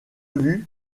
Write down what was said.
vue